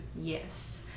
yes